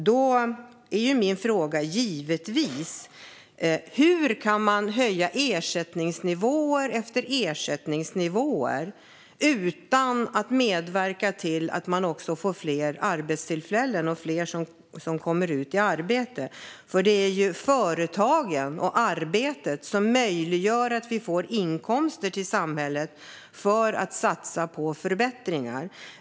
Då blir min fråga givetvis: Hur kan man höja ersättningsnivå efter ersättningsnivå utan att medverka till att vi också får fler arbetstillfällen och fler som kommer ut i arbete? Det är ju företag och arbete som ger inkomster till samhället som kan satsas på förbättringar.